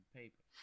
paper